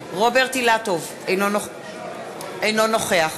אילטוב, אינו נוכח